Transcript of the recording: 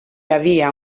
havia